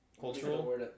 Cultural